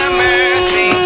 mercy